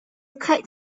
kite